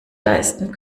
leisten